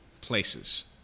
places